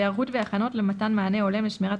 והיערכות והכנות למתן מענה הולם לשמירת